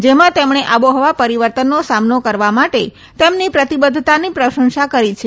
જેમાં તેમણે આબોહવા પરીવર્તનનો સામનો કરવા માટે તેમની પ્રતીબંઘતાને પ્રશંસા કરી છે